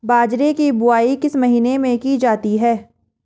बाजरे की बुवाई किस महीने में की जाती है?